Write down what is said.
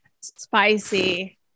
Spicy